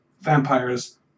vampires